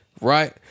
Right